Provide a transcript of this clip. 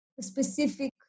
specific